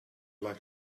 like